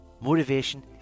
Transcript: Motivation